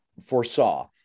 foresaw